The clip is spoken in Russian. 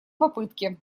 попытке